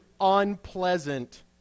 unpleasant